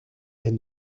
est